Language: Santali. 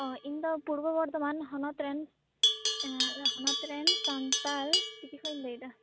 ᱚ ᱤᱧᱫᱚ ᱯᱩᱨᱵᱚ ᱵᱚᱨᱫᱷᱚᱢᱟᱱ ᱦᱚᱱᱚᱛ ᱨᱮᱱ ᱮᱸ ᱦᱚᱱᱚᱛ ᱨᱮᱱ ᱥᱟᱱᱛᱟᱲ ᱪᱤᱠᱤ ᱠᱷᱚᱱ ᱤᱧ ᱞᱟᱹᱭᱮᱫᱟ